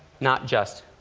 not just.